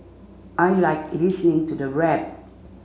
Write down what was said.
I like listening to the rap